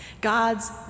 God's